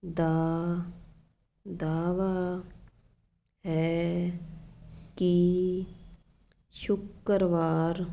ਦਾ ਦਾਅਵਾ ਹੈ ਕਿ ਸ਼ੁੱਕਰਵਾਰ